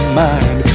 mind